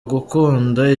gukunda